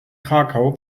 krakau